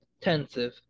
intensive